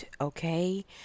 Okay